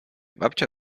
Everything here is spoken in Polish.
babcia